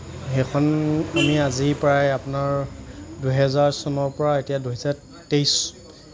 সেইখন আমি আজি প্ৰায় আপোনাৰ দুহেজাৰ চনৰ পৰা এতিয়া দুহেজাৰ তেইছ